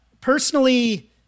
personally